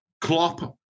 Klopp